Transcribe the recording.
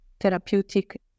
therapeutic